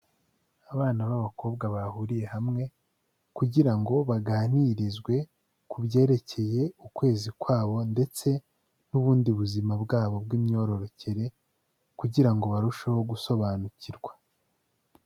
Abana b'abakobwa bahuriye hamwe kugira ngo baganirizwe ku byerekeye ukwezi kwabo ndetse n'ubundi buzima bwabo bw'imyororokere kugira ngo barusheho gusobanukirwa.